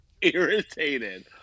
irritated